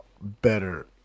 better